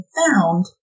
found